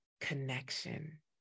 connection